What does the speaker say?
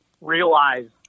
realize